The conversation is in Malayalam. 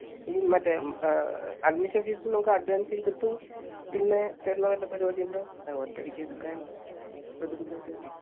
ഈ മറ്റേ അഡ്മിഷൻ ഫീസ് നമുക്ക് അഡ്വാൻസ് ചെയ്തിട്ട് പിന്നെ തരുന്ന വല്ല പരിപാടിയും ഉണ്ടോ ഒറ്റയടിക്ക് എടുക്കാൻ ഒരു ബുദ്ധിമുട്ട് വരുമ്പോൾ